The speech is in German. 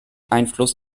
einfluss